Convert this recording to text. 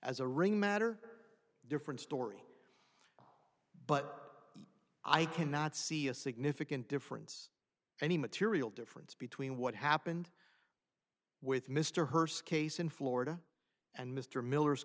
as a ring matter different story but i cannot see a significant difference any material difference between what happened with mr hurst case in florida and mr miller's